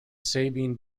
sabine